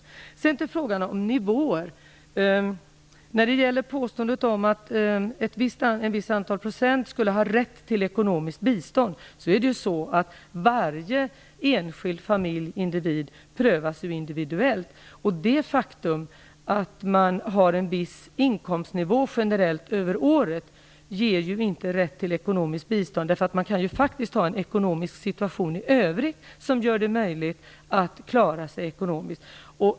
Vad sedan gäller frågan om nivåer och påståendet att en viss procentandel skulle ha rätt till ekonomiskt bistånd är det så att varje enskild familj och person prövas individuellt. Det faktum att man generellt över året har en viss inkomstnivå ger ju inte rätt till ekonomiskt bistånd. Man kan faktiskt i övrigt ha en ekonomisk situation som gör det möjligt att klara sig ekonomiskt.